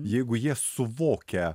jeigu jie suvokia